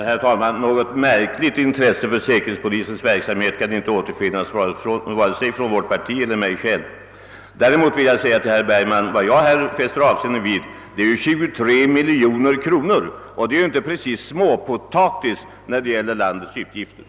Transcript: Herr talman! Något »märkligt« intresse för säkerhetspolisens verksamhet kan inte återfinnas hos 'vare sig mitt parti eller mig själv. Vad jag här fäster avseende vid, herr Bergman, är användningen av 23 miljoner kronor. Dessa pengar är ju inte småpotatis i statsbudgeten.